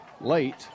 Late